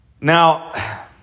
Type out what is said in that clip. Now